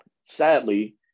Sadly